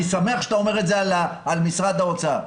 שמח שאתה אומר את זה על משרד האוצר,